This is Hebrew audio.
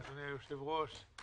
אדוני היושב-ראש.